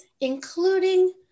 including